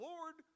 Lord